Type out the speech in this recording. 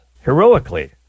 heroically